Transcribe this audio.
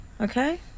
Okay